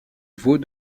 vaulx